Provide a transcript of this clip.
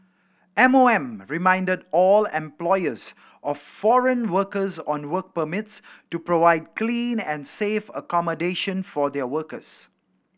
M O M reminded all employers of foreign workers on work permits to provide clean and safe accommodation for their workers